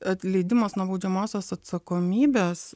atleidimas nuo baudžiamosios atsakomybės